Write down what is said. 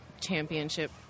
Championship